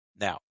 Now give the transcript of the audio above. Now